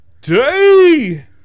Day